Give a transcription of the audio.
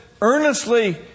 earnestly